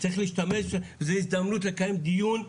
זו הזדמנות לקיים דיון מיוחד,